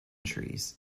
trees